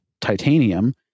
titanium